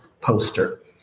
poster